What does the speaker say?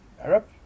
Arab